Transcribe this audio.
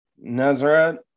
Nazareth